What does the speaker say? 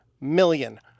million